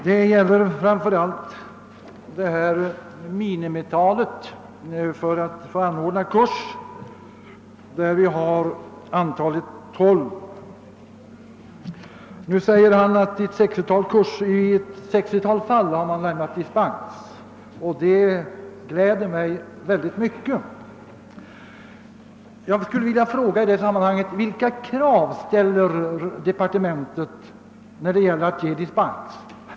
Det gäller framför allt bestämmelserna om det minimiantal på tolv deltagare som erfordras för att kurs skall få anordnas. Statsrådet säger, att i ett 60-tal fall har dispens lämnats, och det gläder mig mycket. Jag skulle i detta sammanhang vilja fråga: Vilka krav ställer departementet när det gäller att ge dispens?